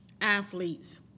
athletes